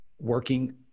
working